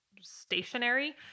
stationary